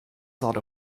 thought